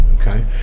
Okay